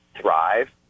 thrive